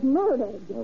murdered